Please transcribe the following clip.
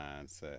mindset